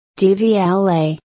DVLA